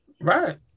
Right